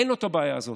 אין לו הבעיה הזאת.